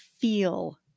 feel